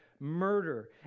murder